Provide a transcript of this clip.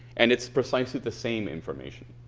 and it's precisely the same information.